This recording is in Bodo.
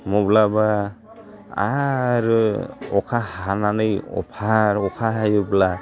माब्लाबा आरो अखा हानानै अभार अखा हायोब्ला